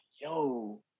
yo